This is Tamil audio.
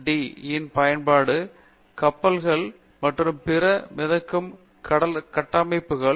டி இன் பயன்பாடு கப்பல்கள் மற்றும் பிற மிதக்கும் கட்டமைப்புகளாகும்